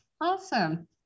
Awesome